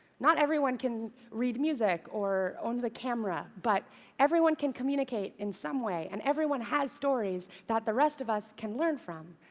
not everyone can read music or owns a camera, but everyone can communicate in some way, and everyone has stories that the rest of us can learn from.